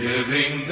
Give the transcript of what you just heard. Living